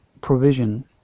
provision